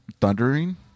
thundering